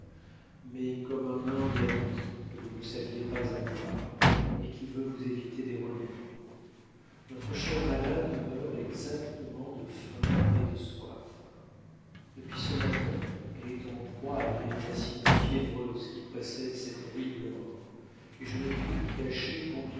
mais comme un humble ami que vous ne saviez pas avoir et qui veut vous éviter des remords notre chère malade meurt exactement de faim et de soif depuis ce matin elle est en proie à l'irritation fiévreuse qui précède cette horrible mort et je ne puis vous cacher combien